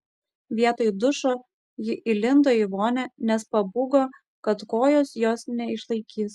vietoj dušo ji įlindo į vonią nes pabūgo kad kojos jos neišlaikys